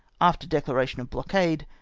after declaration of blockade,